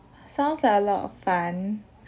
sounds like a lot of fun